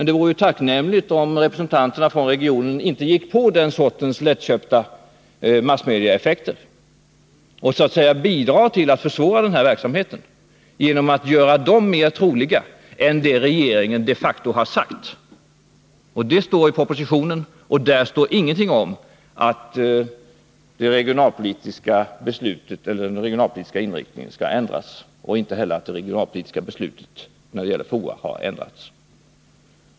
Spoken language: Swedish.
Det vore tacknämligt om representanterna från regionen inte ”gick på” den sortens lättköpta massmediaeffekter och därigenom bidrog till att försvåra den här verksamheten genom att göra dem mera troliga. Avbrytande av projekteringen står i propositionen, men där står inte att den regionalpolitiska inriktningen skall ändras och inte heller att det regionalpolitiska beslutet om FOA har ändrats.